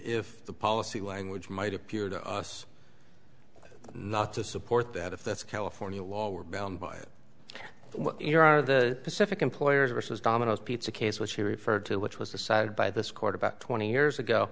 if the policy language might appear to us not to support that if that's california law we're bound by your are the pacific employers versus domino's pizza case which he referred to which was decided by this court about twenty years ago